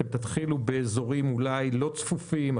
תתחילו אולי באזורים לא צפופים,